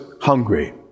hungry